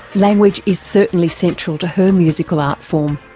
language is certainly central to her musical art form.